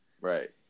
Right